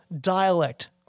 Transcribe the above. dialect